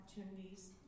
opportunities